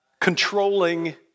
Controlling